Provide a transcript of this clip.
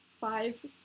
five